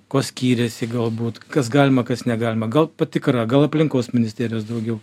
kuo skyrėsi galbūt kas galima kas negalima gal patikra gal aplinkos ministerijos daugiau